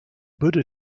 buddha